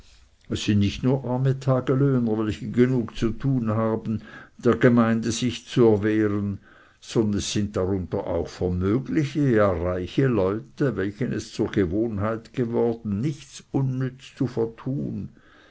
es sind nicht nur arme tagelöhner welche genug zu tun haben der gemeinde sich zu erwehren sondern es sind darunter auch vermögliche ja reiche leute welchen es zur gewohnheit geworden ist nichts unnütz zu vertun